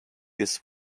this